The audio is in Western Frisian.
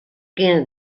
geane